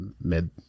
mid